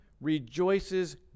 rejoices